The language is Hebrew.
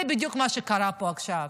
זה בדיוק מה שקרה פה עכשיו.